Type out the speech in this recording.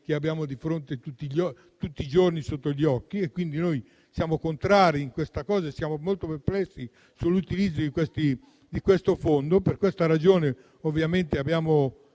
che abbiamo tutti i giorni sotto gli occhi. Noi siamo contrari a questa cosa e siamo molto perplessi sull'utilizzo di questo Fondo. Per questa ragione abbiamo